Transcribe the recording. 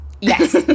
Yes